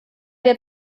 der